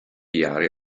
jahre